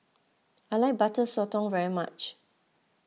I like Butter Sotong very much